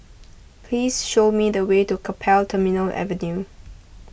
please show me the way to Keppel Terminal Avenue